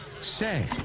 say